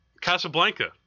Casablanca